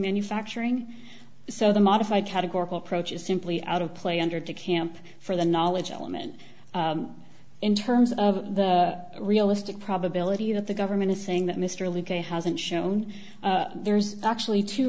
manufacturing so the modified categorical approach is simply out of play under to camp for the knowledge element in terms of the realistic probability that the government is saying that mr lee gay hasn't shown there's actually two